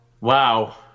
Wow